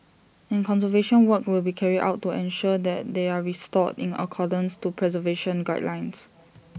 and conservation work will be carried out to ensure that they are restored in accordance to preservation guidelines